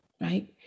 right